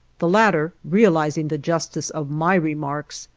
the latter, realizing the justice of my remarks,